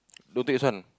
don't take sun